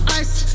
ice